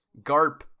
Garp